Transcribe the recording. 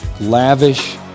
lavish